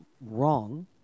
wrong